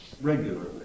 regularly